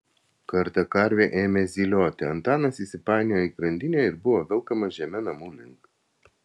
kartą karvė ėmė zylioti antanas įsipainiojo į grandinę ir buvo velkamas žeme namų link